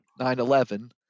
9/11